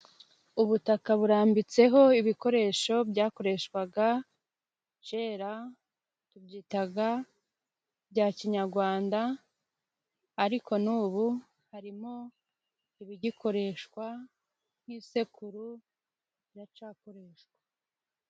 Ubutaka burambitseho ibikoresho byakoreshwaga kera. Tubyita ibya kinyarwanda, ariko n'ubu harimo ibigikoreshwa nk'isekuru iracyakoreshwa.